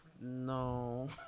No